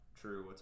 True